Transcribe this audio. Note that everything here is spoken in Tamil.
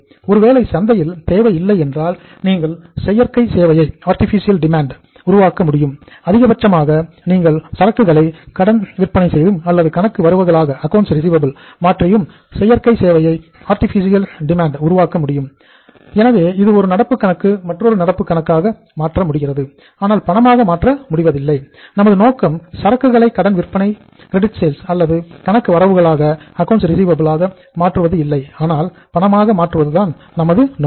ஒருவேளை சந்தையில் தேவை இல்லை என்றால் நீங்கள் செயற்கை சேவையை மாற்றுவது இல்லை ஆனால் பணமாக மாற்றுவது தான் நமது நோக்கம்